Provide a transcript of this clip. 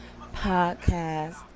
podcast